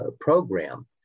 program